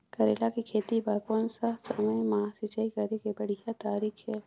करेला के खेती बार कोन सा समय मां सिंचाई करे के बढ़िया तारीक हे?